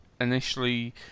initially